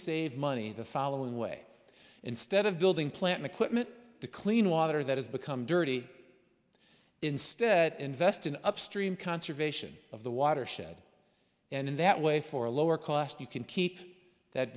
save money the following way instead of building plant macwhich meant to clean water that has become dirty instead invest in upstream conservation of the watershed and in that way for a lower cost you can keep that